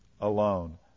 alone